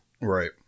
right